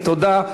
תודה.